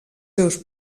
seus